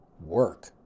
work